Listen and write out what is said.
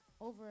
over